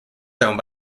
throne